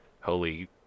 holy